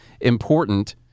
important